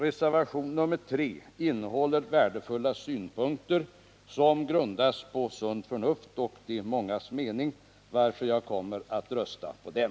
Reservationen 3 innehåller värdefulla synpunkter, som grundas på sunt förnuft och mångas mening, varför jag kommer att rösta på den.